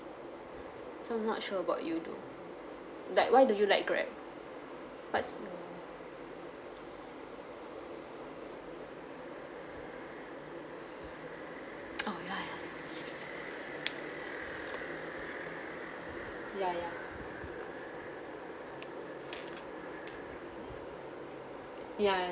so I'm not sure about you though like why do you like grab what's oh ya ya ya ya ya